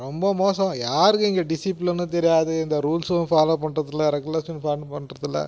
ரொம்ப மோசம் யாருக்கு இங்கே டிசிப்ளினும் தெரியாது இந்த ரூல்ஸும் ஃபாலோ பண்றதில்லை ரெகுலேஷன் ஃபாலோ பண்றதில்லை